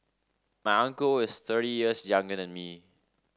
my uncle is thirty years younger than me